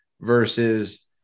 versus